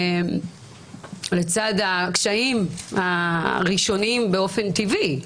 שלצד הקשיים הראשונים באופן טבעי,